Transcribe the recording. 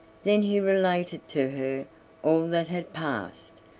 then he related to her all that had passed,